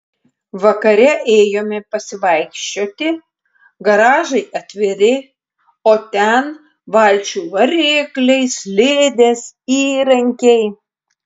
vakare ėjome pasivaikščioti garažai atviri o ten valčių varikliai slidės įrankiai